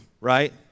right